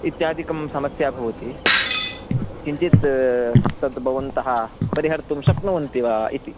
इत्यादिकं समस्या भवति किञ्चित् तद् भवन्तः परिहर्तुं शक्नुवन्ति वा इति